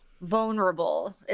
vulnerable